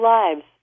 lives